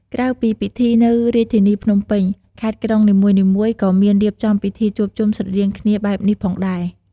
ក្រៅពីពិធីនៅរាជធានីភ្នំពេញ ខេត្ត-ក្រុងនីមួយៗក៏មានរៀបចំពិធីជួបជុំស្រដៀងគ្នាបែបនេះផងដែរ។